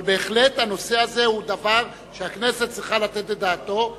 אבל בהחלט הנושא הזה הוא דבר שהכנסת צריכה לתת את דעתה בו.